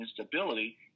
instability